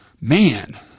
man